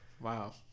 Wow